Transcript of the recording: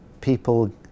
people